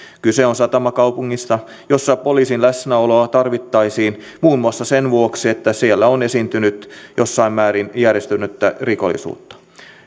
kyse on satamakaupungista jossa poliisin läsnäoloa tarvittaisiin muun muassa sen vuoksi että siellä on esiintynyt jossain määrin järjestäytynyttä rikollisuutta